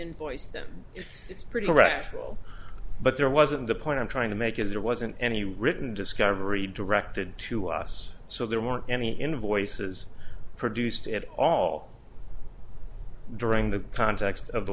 invoice them it's pretty rational but there wasn't a point i'm trying to make as there wasn't any written discovery directed to us so there weren't any invoices produced at all during the plan text of the